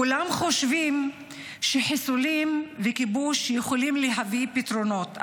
כולם חושבים שחיסולים וכיבוש יכולים להביא פתרונות,